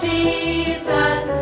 Jesus